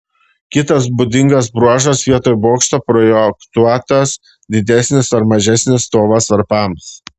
kitas būdingas bruožas vietoj bokšto projektuotas didesnis ar mažesnis stovas varpams